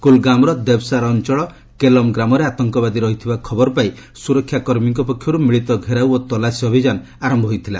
କୁଲ୍ଗାମ୍ର ଦେଭ୍ସାର ଅଞ୍ଚଳ କେଲମ୍ ଗ୍ରାମରେ ଆତଙ୍କବାଦୀ ରହିଥିବା ଖବର ପାଇ ସୁରକ୍ଷା କର୍ମୀଙ୍କ ପକ୍ଷରୁ ମିଳିତ ଘେରାଉ ଓ ତଲାସୀ ଅଭିଯାନ ଆରମ୍ଭ ହୋଇଥିଲା